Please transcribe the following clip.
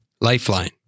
Lifeline